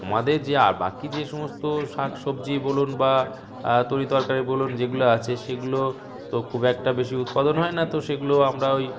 আমাদের যে আ বাকি যে সমস্ত শাক সবজিই বলুন বা তরি তরকারি বলুন যেগুলো আছে সেগুলো তো খুব একটা বেশি উৎপাদন হয় না তো সেগুলো আমরা ওই